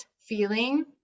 feeling